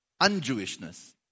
un-Jewishness